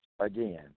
again